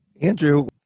Andrew